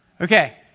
Okay